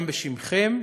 גם בשמכם,